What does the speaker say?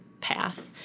path